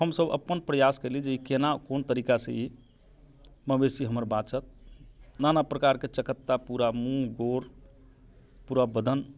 हम सभ अपन प्रयास केलिये जे ई केना कोन तरीका से पर ई मवेशी हमर बाँचत नाना प्रकारके चक्कता पूरा मूँह गोर पूरा बदन